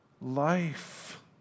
life